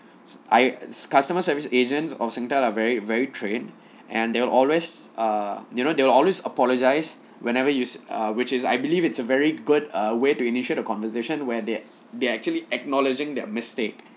I customer service agents of singtel are very very train and they will always err you know they will always apologize whenever you err which is I believe it's a very good way to initiate a conversation where they they're actually acknowledging their mistake